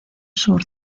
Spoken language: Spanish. sur